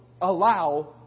allow